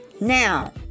Now